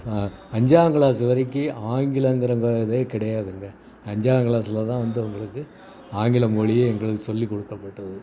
அஞ்சாங் class வரைக்கிம் ஆங்கிலம்ங்கிற இந்த இதே கிடையாதுங்க அஞ்சாங்கிளாஸில் தான் வந்து உங்களுக்கு ஆங்கிலம் மொழியே எங்களுக்கு சொல்லிக்கொடுக்கப்பட்டது